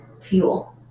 fuel